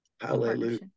Hallelujah